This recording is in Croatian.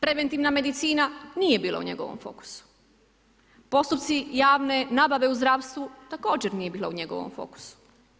Preventivna medicina nije bila u njegovom fokusu, postupci javne nabave u zdravstvu također nije bila u njegovom fokusu.